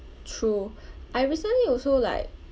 true I recently also like